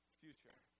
future